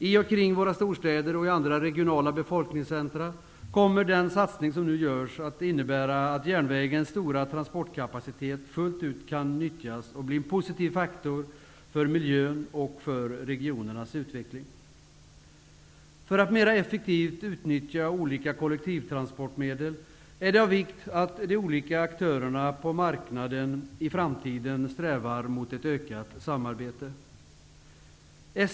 I och kring våra storstäder och i andra regionala befolkningscentrum kommer den satsning som nu görs att innebära att järnvägens stora transportkapacitet fullt ut kan nyttjas och bli en positiv faktor för miljön och för regionernas utveckling. För att mera effektivt utnyttja olika kollektivtransportmedel är det av vikt att de olika aktörerna på marknaden i framtiden strävar mot ett ökat samarbete.